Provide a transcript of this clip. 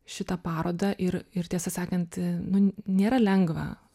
šitą parodą ir ir tiesą sakant nu nėra lengva